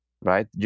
right